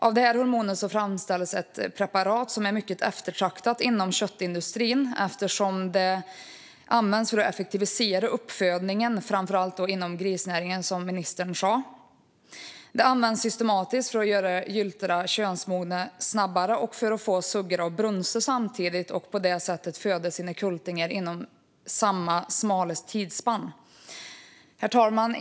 Av hormonet framställs ett preparat som är mycket eftertraktat inom köttindustrin eftersom det används för att effektivisera uppfödningen, framför allt inom grisnäringen, som ministern sa. Det används systematiskt för att göra gyltorna könsmogna snabbare och för att få suggorna att brunsta samtidigt och därmed föda sina kultingar inom samma smala tidsspann. Herr talman!